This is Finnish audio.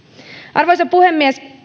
arvoisa puhemies